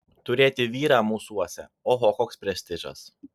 turėti vyrą mūsuose oho koks prestižas